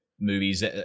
movies